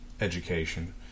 education